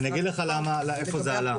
אני אגיד לך למה זה עלה.